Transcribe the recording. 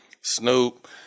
Snoop